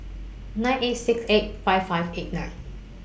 nine eight six eight five five eight nine